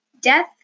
death